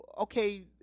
okay –